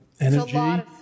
energy